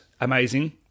Amazing